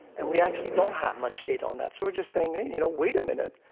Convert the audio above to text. and we actually don't have much data on that. so we're just saying, hey, you know, wait a minute.